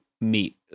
meet